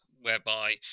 whereby